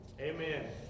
Amen